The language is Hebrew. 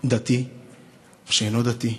דתי ושאינו דתי,